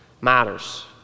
matters